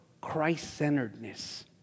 Christ-centeredness